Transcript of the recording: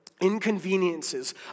inconveniences